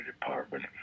department